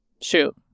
shoot